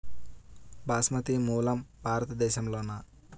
బాస్మతి మూలం భారతదేశంలోనా?